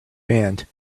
command